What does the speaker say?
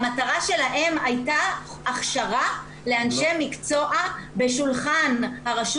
המטרה שלהם הייתה הכשרה לאנשי מקצוע בשולחן הרשות